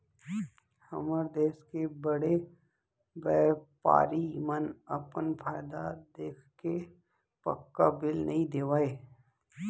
हमर देस के बड़े बैपारी मन अपन फायदा देखके पक्का बिल नइ देवय